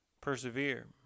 Persevere